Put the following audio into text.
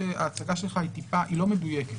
הצגה שלך היא טיפה, היא לא מדויקת.